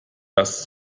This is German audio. dass